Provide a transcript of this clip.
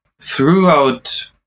throughout